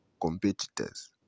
competitors